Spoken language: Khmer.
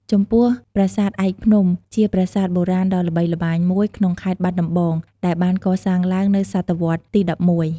ចំពោះប្រាសាទឯកភ្នំ ជាប្រាសាទបុរាណដ៏ល្បីល្បាញមួយក្នុងខេត្តបាត់ដំបងដែលបានកសាងឡើងនៅសតវត្សរ៍ទី១១។